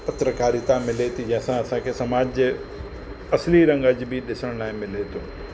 पत्रिकारिता मिले थी जंहिंसां असांखे समाज जे असली रंग बि ॾिसण लाइ मिले थो